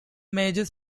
major